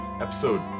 episode